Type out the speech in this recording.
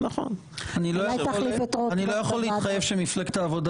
אני לא יכול להתחייב שמפלגת העבודה